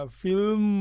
film